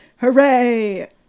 Hooray